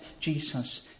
Jesus